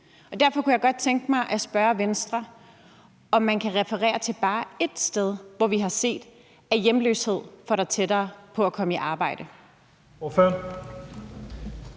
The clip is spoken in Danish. Derfor kunne jeg godt tænke mig at spørge Venstre, om man kan referere til bare ét sted, hvor vi har set, at hjemløshed får dig tættere på at komme i arbejde.